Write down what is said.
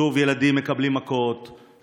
שוב ילדים מקבלים מכות,